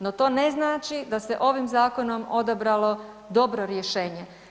No, to ne znači da se ovim zakonom odabralo dobro rješenje.